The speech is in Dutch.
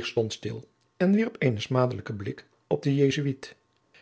stond stil en wierp eenen smadelijken blik op den jesuit